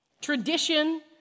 Tradition